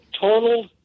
total